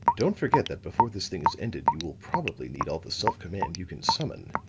don't forget that before this thing is ended you will probably need all the self-command you can summon.